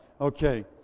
Okay